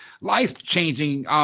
life-changing